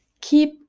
keep